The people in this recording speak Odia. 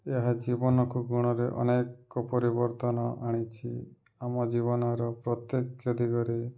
ଏହା ଜୀବନକୁ ଗୁଣରେ ଅନେକ ପରିବର୍ତ୍ତନ ଆଣିଛି ଆମ ଜୀବନର ପ୍ରତ୍ୟେକ ଦିଗରେ